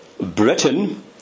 Britain